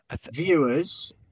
viewers